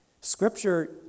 Scripture